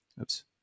Oops